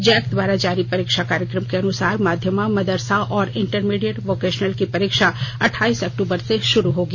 Jack द्वारा जारी परीक्षा कार्यक्रम के अनुसार मध्यमा मदरसा और इंटरमीडियट वोकेशनल की परीक्षा अठाईस अक्टूबर से शुरू होगी